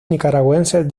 nicaragüenses